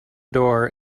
door